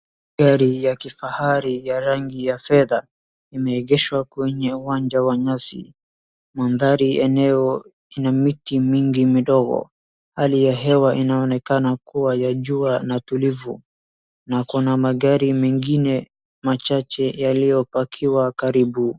Gari ya kifahari ya rangi ya fedha, imeegeshwa kwenye uwanja wa nyasi. Mandhari eneo ina miti mingi midogo. Hali ya hewa inaonekana kuwa ya jua na tulivu, na kuna magari mengine machache yaliyo parkiwa karibu.